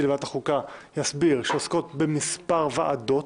של ועדת החוקה יסביר שעוסקות במספר ועדות,